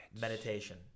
Meditation